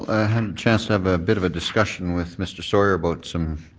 i had a chance to have a bit of a discussion with mr. sawyer about some,